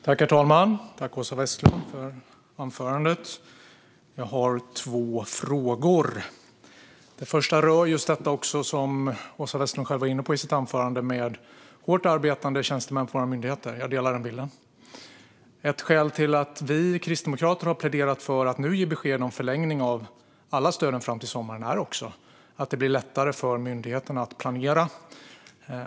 Herr talman! Jag tackar Åsa Westlund för anförandet. Jag har två frågor. Den första frågan rör något som Åsa Westlund själv var inne på i sitt anförande: hårt arbetande tjänstemän på våra myndigheter. Jag delar hennes bild. Ett skäl till att vi kristdemokrater har pläderat för att nu ge besked om förlängning av alla stöd fram till sommaren är att det blir lättare för myndigheterna att planera.